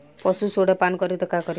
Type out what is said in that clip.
पशु सोडा पान करी त का करी?